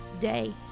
day